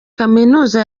kaminuza